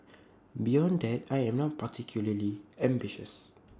beyond that I am not particularly ambitious